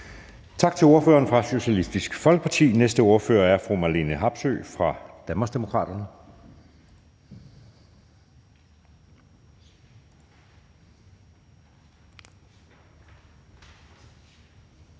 Tak til ordføreren fra Socialistisk Folkeparti. Den næste ordfører er fru Marlene Harpsøe fra Danmarksdemokraterne.